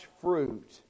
fruit